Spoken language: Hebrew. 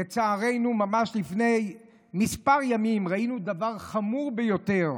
לצערנו, ממש לפני כמה ימים, ראינו דבר חמור ביותר,